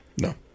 No